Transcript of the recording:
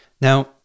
Now